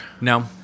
No